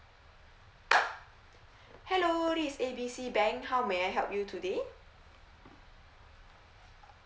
hello this is A B C bank how may I help you today